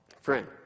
Friend